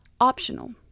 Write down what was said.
optional